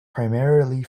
primarily